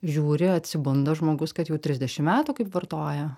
žiūri atsibunda žmogus kad jau trisdešim metų kaip vartoja